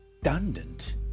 redundant